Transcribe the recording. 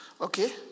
Okay